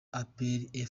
apr